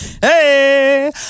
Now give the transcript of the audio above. hey